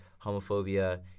homophobia